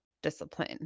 discipline